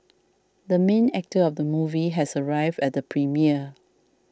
the main actor of the movie has arrived at the premiere